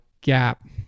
gap